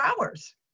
hours